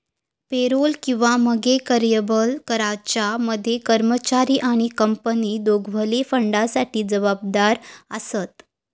payroll किंवा मगे कर्यबल कराच्या मध्ये कर्मचारी आणि कंपनी दोघवले फंडासाठी जबाबदार आसत